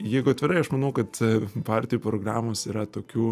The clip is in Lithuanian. jeigu atvirai aš manau kad partijų programos yra tokių